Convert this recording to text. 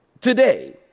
today